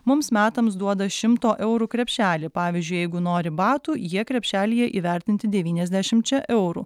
mums metams duoda šimto eurų krepšelį pavyzdžiui jeigu nori batų jie krepšelyje įvertinti devyniasdešimčia eurų